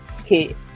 okay